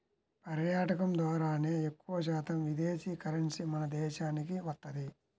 పర్యాటకం ద్వారానే ఎక్కువశాతం విదేశీ కరెన్సీ మన దేశానికి వత్తది